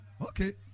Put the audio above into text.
Okay